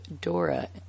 Dora